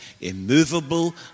immovable